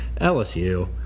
LSU